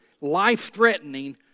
life-threatening